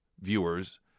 viewers